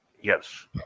Yes